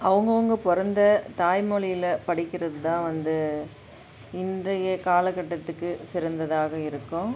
அவுங்கவங்க பிறந்த தாய்மொழில படிக்கிறது தான் வந்து இன்றைய காலகட்டத்துக்கு சிறந்ததாக இருக்கும்